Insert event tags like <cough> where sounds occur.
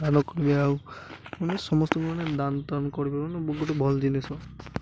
ଧାନକୁ ଆଉ ମାନେ ସମସ୍ତଙ୍କୁ ମାନେ ଦାନ ତାନ କରିବେ <unintelligible> ଗୋଟେ ଭଲ ଜିନିଷ